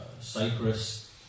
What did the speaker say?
Cyprus